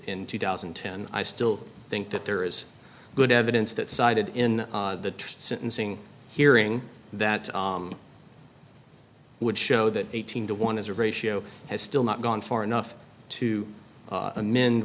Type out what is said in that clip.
in two thousand and ten i still think that there is good evidence that cited in the sentencing hearing that would show that eighteen to one is a ratio has still not gone far enough to amend